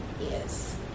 Yes